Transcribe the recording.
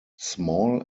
small